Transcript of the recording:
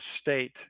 State